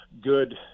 good